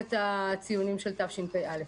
את הציונים של תשפ"א.